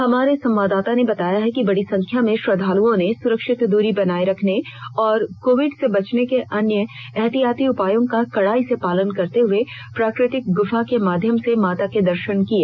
हमारे संवाददाता ने बताया है कि बड़ी संख्या में श्रद्वालुओं ने सुरक्षित दूरी बनाए रखने और कोविड से बचने के अन्य ऐहतियाती उपायों का कड़ाई से पालन करते हुए प्राकृ तिक गुफा के माध्यम से माता के दर्शन किए